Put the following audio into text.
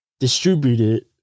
distributed